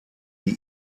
die